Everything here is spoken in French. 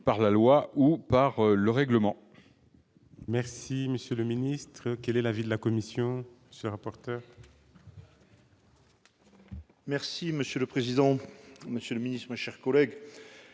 par la loi ou par le règlement.